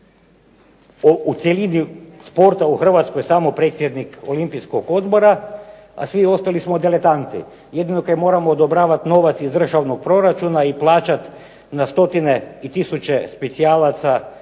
... sporta samo predsjednik Olimpijskog odbora, a svi ostali smo diletanti. Jedino kaj moramo odobravati novac iz državnog proračuna i plaćati na stotine i tisuće specijalaca da